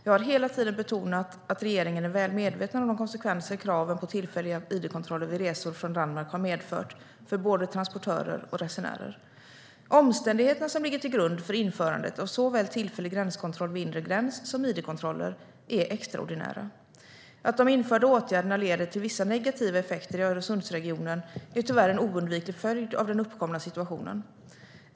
Jag har hela tiden betonat att regeringen är väl medveten om de konsekvenser kraven på tillfälliga id-kontroller vid resor från Danmark har medfört för både transportörer och resenärer. Omständigheterna som ligger till grund för införandet av såväl tillfällig gränskontroll vid inre gräns som id-kontroller är extraordinära. Att de införda åtgärderna får vissa negativa effekter i Öresundsregionen är tyvärr en oundviklig följd av den uppkomna situationen.